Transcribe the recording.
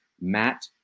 Matt